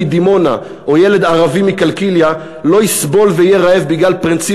מדימונה או ילד ערבי מקלקיליה לא יסבול ויהיה רעב בגלל פרינציפ